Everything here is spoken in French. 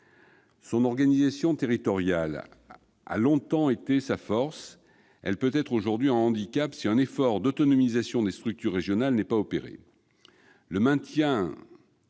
Son organisation territoriale, qui a longtemps été sa force, peut être aujourd'hui un handicap si un effort d'autonomisation des structures régionales n'est pas